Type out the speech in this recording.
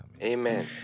Amen